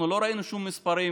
אנחנו לא ראינו שום מספרים,